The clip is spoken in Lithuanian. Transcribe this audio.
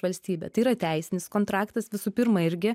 valstybę tai yra teisinis kontraktas visų pirma irgi